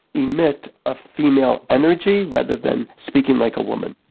emit a female energy, rather than speaking like a woman.